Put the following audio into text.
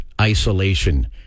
isolation